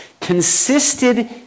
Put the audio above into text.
consisted